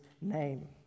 name